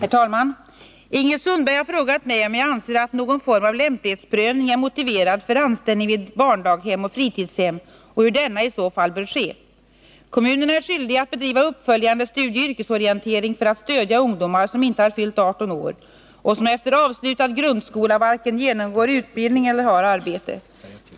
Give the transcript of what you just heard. Herr talman! Ingrid Sundberg har frågat mig om jag anser att någon form av lämplighetsprövning är motiverad för anställning vid barndaghem och fritidshem och hur denna i så fall bör ske. Kommunerna är skyldiga att bedriva uppföljande studieoch yrkesorientering för att stödja ungdomar som inte har fyllt 18 år och som efter avslutad grundskola varken genomgår utbildning eller har arbete.